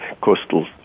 coastal